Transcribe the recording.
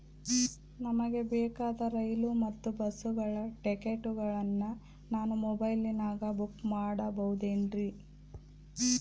ನಮಗೆ ಬೇಕಾದ ರೈಲು ಮತ್ತ ಬಸ್ಸುಗಳ ಟಿಕೆಟುಗಳನ್ನ ನಾನು ಮೊಬೈಲಿನಾಗ ಬುಕ್ ಮಾಡಬಹುದೇನ್ರಿ?